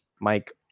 Mike